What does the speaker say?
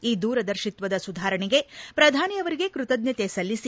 ಈ ದೂರದರ್ಶಿತ್ಯದ ಸುಧಾರಣೆಗೆ ಪ್ರಧಾನಿ ಅವರಿಗೆ ಕ್ಪತಜ್ಞತೆ ಸಲ್ಲಿಸಿ